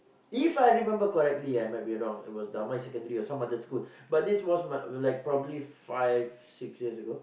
If I remember correct I might be wrong it was Damai Secondary or some other school but this was mine probably like five or six years ago